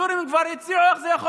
הסורים כבר הציעו איך זה יכול